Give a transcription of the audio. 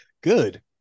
Good